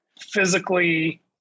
physically